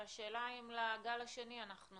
והשאלה אם לגל השני אנחנו